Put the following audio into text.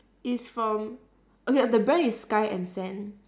it's from okay the brand is sky and sand